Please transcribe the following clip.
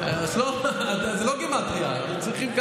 זו לא גימטרייה, אנחנו צריכים,